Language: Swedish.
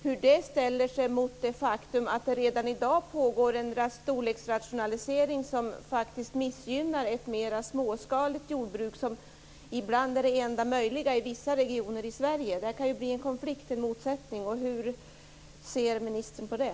Hur ställer sig detta mot det faktum att det redan i dag pågår en storleksrationalisering som faktiskt missgynnar ett mer småskaligt jordbruk, vilket ibland är det enda möjliga i vissa regioner i Sverige? Här kan det bli en konflikt, en motsättning. Hur ser ministern på det?